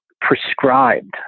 prescribed